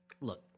Look